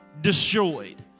destroyed